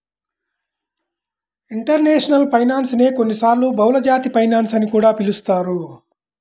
international finance నే కొన్నిసార్లు బహుళజాతి ఫైనాన్స్ అని కూడా పిలుస్తారు